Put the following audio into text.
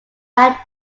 are